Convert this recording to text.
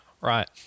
Right